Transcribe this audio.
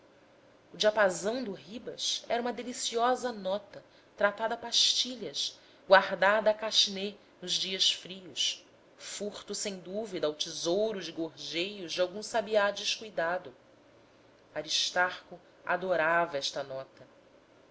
o diapasão do ribas era uma deliciosa nota tratada a pastilhas guardada a cachenê nos dias frios furto sem dúvida ao tesouro de gorjeios de algum sabiá descuidado aristarco adorava esta nota